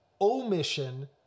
omission